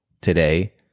today